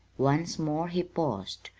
once more he paused.